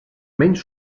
menys